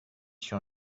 sur